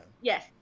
Yes